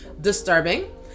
disturbing